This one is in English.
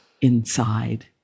inside